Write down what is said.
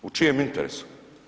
U čijem interesu?